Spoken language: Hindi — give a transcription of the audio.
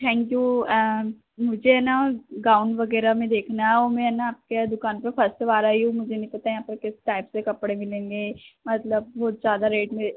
थैंक यू मुझे ना गाउन वग़ैरह में देखना है और मैं ना आपके यह दुकान पर फ़स्ट बार आई हूँ मुझे नहीं पता यहाँ पर किस टाइप से कपड़े मिलेंगे मतलब बहुत ज़्यादा रेट में